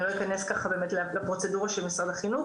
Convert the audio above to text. אני לא אכנס לפרוצדורה של משרד החינוך,